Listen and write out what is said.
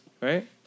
right